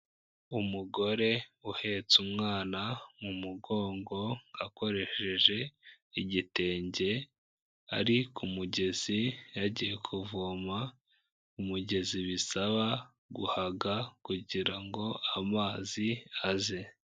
Umugore uhetse umwana mu mugongo akoresheje igitenge, ari ku mugezi yagiye kuvoma, umugezi bisaba guhaga kugira ngo amazi aze.